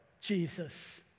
Jesus